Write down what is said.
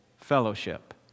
fellowship